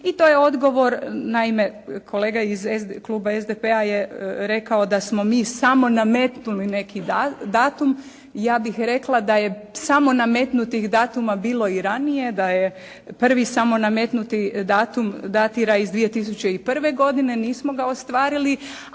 i to je odgovor, naime kolega iz kluba SDP-a je rekao da smo mi samo nametnuli neki datum. Ja bih rekla da je samo nametnutih datuma bilo i ranije, da prvi samo nametnuti datum datira iz 2001. godine, nismo ga ostvarili,